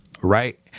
Right